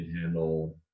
handle